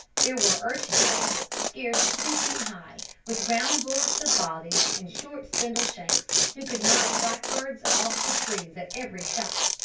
there were urchins there, scarce two feet high, with round bullets of bodies and short spindle-shanks, who could knock blackbirds off the trees at every shot,